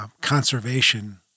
Conservation